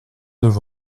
neuf